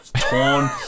torn